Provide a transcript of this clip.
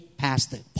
pastor